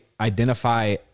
identify